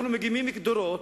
אנחנו מקימים גדרות.